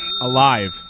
Alive